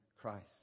Christ